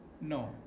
no